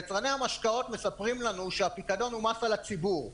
יצרני המשקאות מספרים לנו שהפיקדון הוא מס על הציבור.